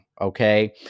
okay